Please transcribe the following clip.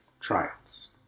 triumphs